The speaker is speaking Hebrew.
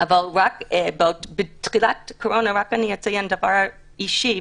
רק אני אציין דבר אישי,